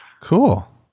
Cool